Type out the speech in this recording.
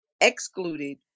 excluded